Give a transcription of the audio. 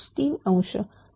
x3